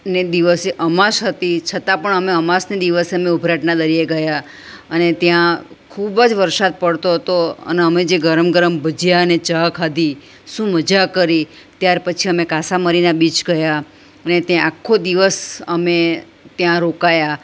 ને દિવસે અમાસ હતી છતાં પણ અમે અમાસના દિવસે અમે ઉભરાટના દરિયે ગયા અને ત્યાં ખૂબ જ વરસાદ પડતો હતો અને અમે જે ગરમ ગરમ ભજિયાને ચા ખાધી શું મજા કરી ત્યાર પછી અમે કાસા મરિના બીચ ગયા અને ત્યાં આખો દિવસ અમે ત્યાં રોકાયા